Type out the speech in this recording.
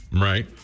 Right